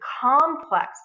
complex